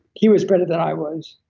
he was better than i was,